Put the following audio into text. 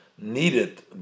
Needed